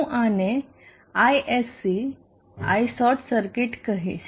હું આને Isc I short circuit કહીશ